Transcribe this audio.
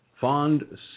Fond